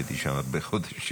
הייתי שם הרבה חודשים.